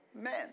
men